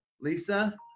Lisa